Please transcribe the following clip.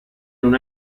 non